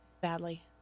badly